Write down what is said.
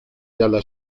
dalla